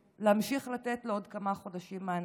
להמשיך לתת לו עוד כמה חודשים מענק.